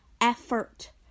effort